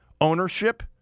ownership